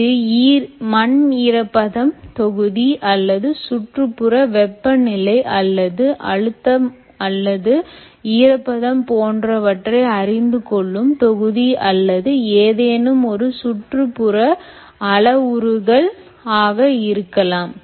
இது மண் ஈரப்பதம் தொகுதி அல்லது சுற்றுப்புற வெப்பநிலை அல்லது அழுத்த அல்லது ஈரப்பதம் போன்றவற்றை அறிந்து கொள்ளும் தொகுதி அல்லது ஏதேனும் ஒரு சுற்றுப்புற அளவுருக்கள் ஆக இருக்கலாம்